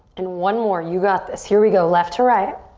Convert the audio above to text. and one more. you got this. here we go. left to right.